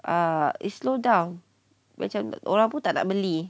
uh it's slow down macam orang pun tak nak beli